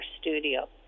studio